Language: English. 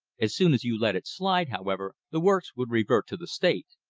as soon as you let it slide, however, the works would revert to the state.